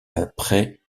après